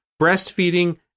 breastfeeding